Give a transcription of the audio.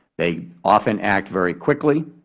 they often act very quickly,